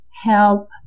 help